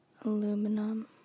Aluminum